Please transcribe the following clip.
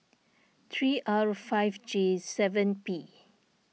three R five J seven P